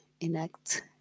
enact